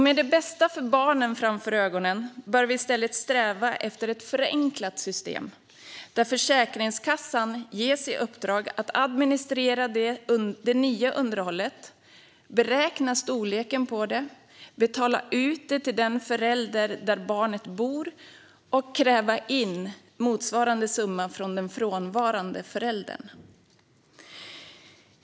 Med barnens bästa för ögonen bör vi i stället sträva efter ett förenklat system där Försäkringskassan ges i uppdrag att administrera det nya underhållet, beräkna storleken på det, betala ut det till den förälder som barnet bor hos och kräva in motsvarande summa från den frånvarande föräldern.